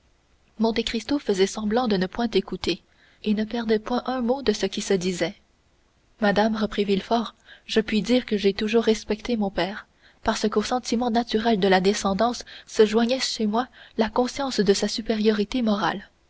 grave monte cristo faisait semblant de ne point écouter et ne perdait point un mot de ce qui se disait madame reprit villefort je puis dire que j'ai toujours respecté mon père parce qu'au sentiment naturel de la descendance se joignait chez moi la conscience de sa supériorité morale